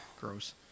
Gross